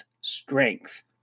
strength